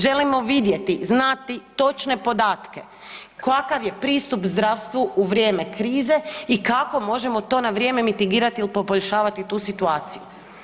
Želimo vidjeti, znati točne podatke kakav je pristup zdravstvu u vrijeme krize i kako možemo mi to na vrijeme mi … [[Govornica se ne razumije.]] ili poboljšavati tu situaciju.